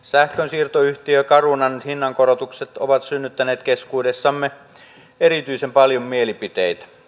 sähkönsiirtoyhtiö carunan hinnankorotukset ovat synnyttäneet keskuudessamme erityisen paljon mielipiteitä